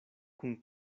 kun